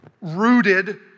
rooted